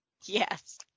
Yes